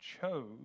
chose